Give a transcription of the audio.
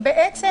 בהנחה